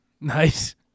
Nice